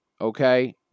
okay